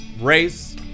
race